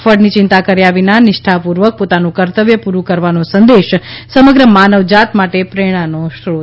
ફળની ચિંતા કર્યા વિના નિષ્ઠાપૂર્વક પોતાનું કર્તવ્ય પૂરું કરવાનો સંદેશ સમગ્ર માનવજાત માટે પ્રેરણાનો સ્ત્રોત છે